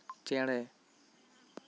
ᱪᱮᱬᱮ